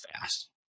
fast